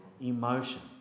emotion